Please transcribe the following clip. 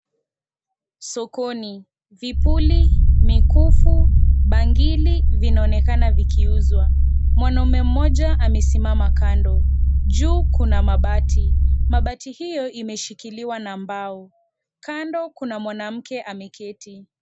Sokoni, vipuli, mikufu, bangili vinaonekana vikiuzwa. Mwanaume mmoja amesimama kando juu kuna mabati. Mabati hio imeshikiliwa na mbao kando kuna mwanamke ameketi.